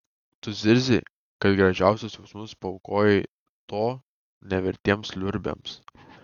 tu zirzei kad gražiausius jausmus paaukojai to nevertiems liurbiams